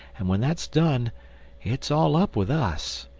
and when that's done it's all up with us.